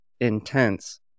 intense